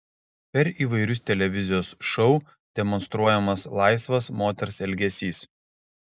per įvairius televizijos šou demonstruojamas laisvas moters elgesys